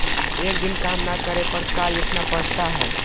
एक दिन काम न करने पर का लिखना पड़ता है?